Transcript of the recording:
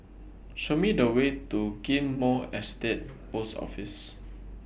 Show Me The Way to Ghim Moh Estate Post Office